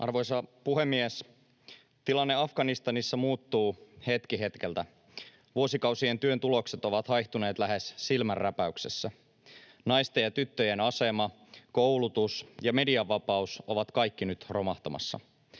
Arvoisa puhemies! Tilanne Afganistanissa muuttuu hetki hetkeltä. Vuosikausien työn tulokset ovat haihtuneet lähes silmänräpäyksessä. Naisten ja tyttöjen asema, koulutus ja medianvapaus ovat kaikki nyt romahtamassa.